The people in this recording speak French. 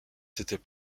c’était